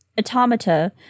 automata